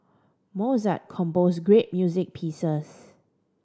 Mozart composed great music pieces